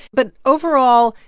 but overall,